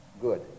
good